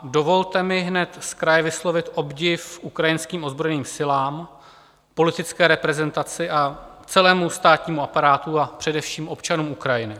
Dovolte mi hned zkraje vyslovit obdiv ukrajinským ozbrojeným silám, politické reprezentaci a celému státnímu aparátu, a především občanům Ukrajiny.